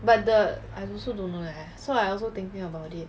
but the I also don't know leh so I also thinking about it